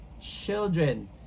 children